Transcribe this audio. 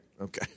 Okay